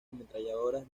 ametralladoras